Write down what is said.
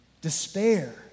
despair